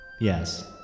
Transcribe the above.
yes